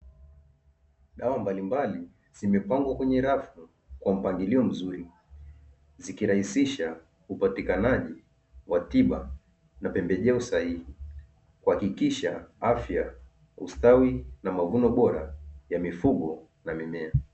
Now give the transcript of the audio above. Dawa mbalimbali zimepangwa kwenye rafu kwa mpangilio mzuri, zikirahisisha upatikanaji wa tiba na pembejeo sahihi, kuhakikisha afya, ustawi na mavuno bora ya mifugo na mimea.